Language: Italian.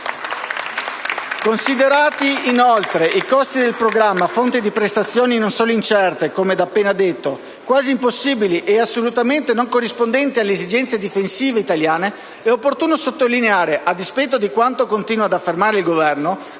Considerati inoltre i costi del programma, fonte di prestazioni non solo incerte, come appena detto, ma quasi impossibili e assolutamente non corrispondenti alle esigenze difensive italiane, è opportuno sottolineare, a dispetto di quanto continua ad affermare il Governo,